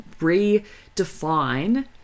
redefine